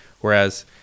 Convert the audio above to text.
Whereas